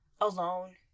alone